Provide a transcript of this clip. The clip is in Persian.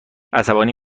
عصبانی